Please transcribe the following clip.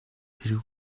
хэрэв